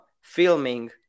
filming